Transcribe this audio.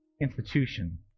institution